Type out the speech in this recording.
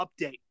update